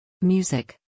Music